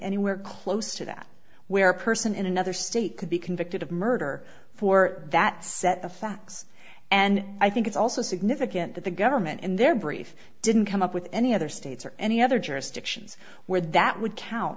anywhere close to that where a person in another state could be convicted of murder for that set of facts and i think it's also significant that the government in their brief didn't come up with any other states or any other jurisdictions where that would count